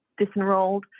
disenrolled